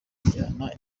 njyana